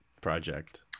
project